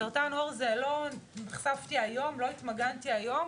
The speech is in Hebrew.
סרטן עור זה נחשפתי היום ולא התמגנתי היום